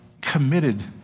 committed